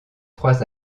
trois